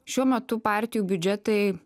šiuo metu partijų biudžetai